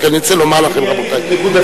אני רק רוצה לומר לכם, רבותי, אני אגיב נקודתית.